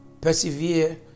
persevere